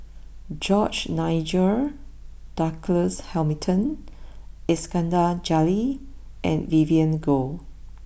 George Nigel Douglas Hamilton Iskandar Jalil and Vivien Goh